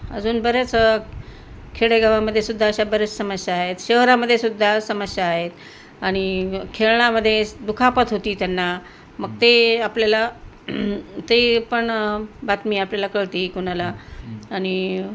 अजून बऱ्याच खेडेगावामध्ये सुद्धा अशा बऱ्याच समस्या आहेत शहरामध्ये सुद्धा समस्या आहेत आणि खेळण्यामध्ये दुखापत होते त्यांना मग ते आपल्याला ते पण बातमी आपल्याला कळते कोणाला आणि